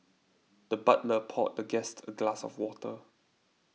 the butler poured the guest a glass of water